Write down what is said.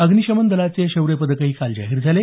अग्निशमन दलाचे शौर्य पदकही काल जाहीर झाले